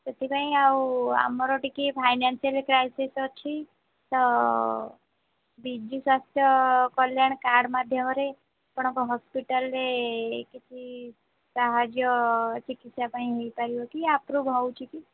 ସେଥିପାଇଁ ଆଉ ଆମର ଟିକିଏ ଫାଇନାନ୍ସିଆଲ୍ କ୍ରାଇସିସ୍ ଅଛି ତ ବିଜୁ ସ୍ୱାସ୍ଥ୍ୟ କଲ୍ୟାଣ କାର୍ଡ଼୍ ମାଧ୍ୟମରେ ଆପଣଙ୍କ ହସ୍ପିଟାଲ୍ରେ କିଛି ସାହାଯ୍ୟ ଚିକିତ୍ସା ପାଇଁ ହୋଇପାରିବ କି ଆପ୍ରୁଭ୍ ହଉଚ କି